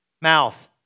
mouth